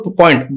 point